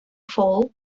foal